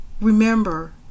Remember